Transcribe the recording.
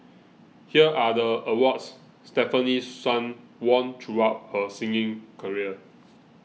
here are the awards Stefanie Sun won throughout her singing career